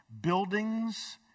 Buildings